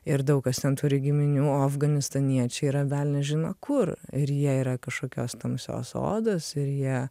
ir daug kas ten turi giminių o afganistaniečiai yra velnias žino kur ir jie yra kažkokios tamsios odos ir jie